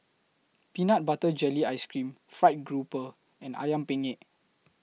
Peanut Butter Jelly Ice Cream Fried Grouper and Ayam Penyet